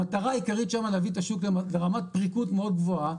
המטרה העיקרית שמה היא להביא את השוק לרמת פריקות מאוד גבוהה,